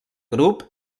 grup